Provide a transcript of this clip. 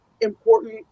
important